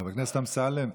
חבר הכנסת אמסלם,